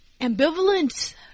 ambivalent